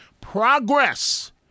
Progress